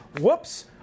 whoops